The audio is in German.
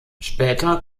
später